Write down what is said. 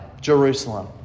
Jerusalem